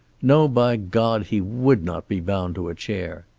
no, by god, he would not be bound to a chair.